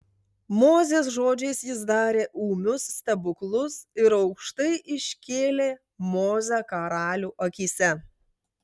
mozės žodžiais jis darė ūmius stebuklus ir aukštai iškėlė mozę karalių akyse